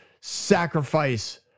sacrifice